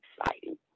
exciting